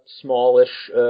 smallish